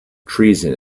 treason